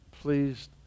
please